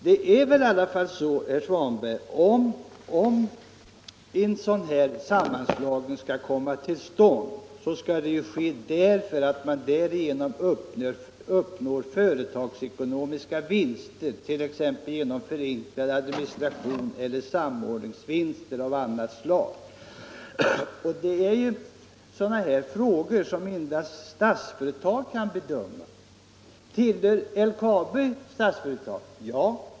Det är väl då på det sättet, herr Svanberg, att om en sådan här sammanslagning skall komma till stånd, så bör den väl ske därför att man därigenom uppnår företagsekonomiska vinster, t.ex. genom förenklad administration eller genom samordning av annat slag. Sådana frågor kan endast Statsföretag bedöma. Tillhör LKAB Statsföretag? Ja!